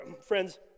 Friends